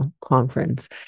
conference